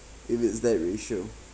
if it's that ratio